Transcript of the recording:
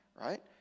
right